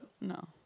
No